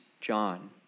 John